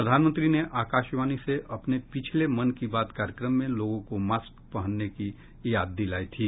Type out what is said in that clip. प्रधानमंत्री ने आकाशवाणी से अपने पिछले मन की बात कार्यक्रम में लोगों को मास्क पहनने की याद दिलाई थी